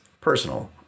personal